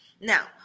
Now